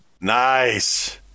nice